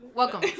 welcome